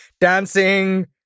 Dancing